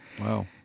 Wow